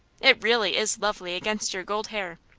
it really is lovely against your gold hair.